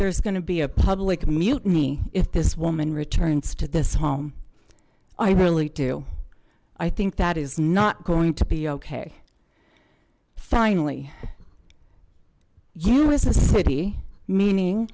there's going to be a public mutiny if this woman returns to this home i really do i think that is not going to be okay finally you as a city meaning